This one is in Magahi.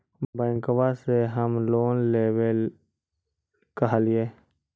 बैंकवा से हम लोन लेवेल कहलिऐ?